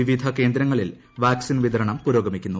വിവിധ കേന്ദ്രങ്ങളിൽ വാക്സിൻ വിതരണം പുരോഗമിക്കുന്നു